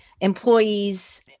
Employees